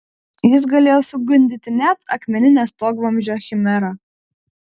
jis galėjo sugundyti net akmeninę stogvamzdžio chimerą